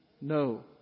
No